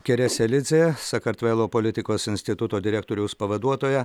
kereselidzė sakartvelo politikos instituto direktoriaus pavaduotoja